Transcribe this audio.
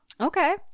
okay